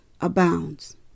abounds